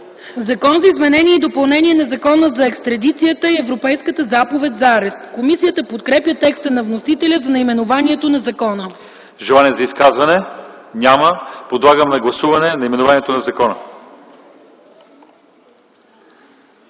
„Закон за изменение и допълнение на Закона за екстрадицията и Европейската заповед за арест”. Комисията подкрепя текста на вносителя за наименованието на закона. ДОКЛАДЧИК ЛЪЧЕЗАР ИВАНОВ: Желание за изказвания? Няма. Подлагам на гласуване наименованието на закона.